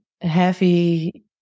heavy